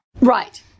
Right